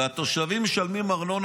והתושבים משלמים ארנונה,